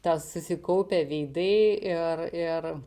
tas susikaupę veidai ir ir